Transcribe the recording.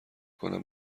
کنم